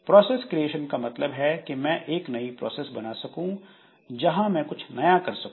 process creation का मतलब है कि मैं एक नई प्रोसेस बना सकूं जहां मैं कुछ नया कर सकूं